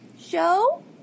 show